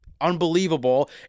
unbelievable